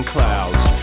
Clouds